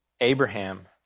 Abraham